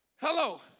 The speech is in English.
Hello